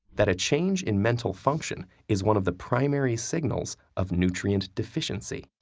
that a change in mental function is one of the primary signals of nutrient deficiency.